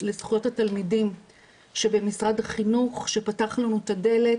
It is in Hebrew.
לזכויות התלמידים שבמשרד החינוך שפתח לנו את הדלת